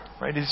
right